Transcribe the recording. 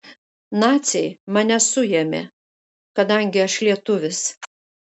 naciai mane suėmė kadangi aš lietuvis